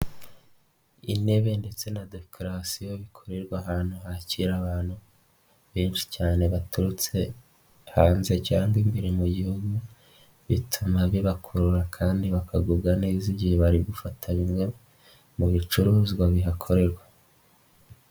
Intebe ndetse na dekorasiyo bikorerwa ahantu hakira abantu benshi cyane baturutse hanze cyangwa imirimo gihugu, bituma bibakurura kandi bakagubwa neza igihe bari gufa bimwe mu bicuruzwa bihakorerwa.